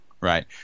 right